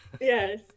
Yes